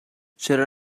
چرا